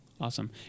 Awesome